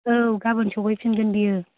औ गाबोन सफैफिनगोन बियो